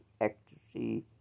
ecstasy